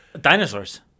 Dinosaurs